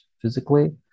physically